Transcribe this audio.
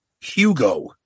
Hugo